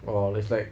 orh it's like